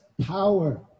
power